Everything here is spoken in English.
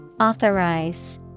Authorize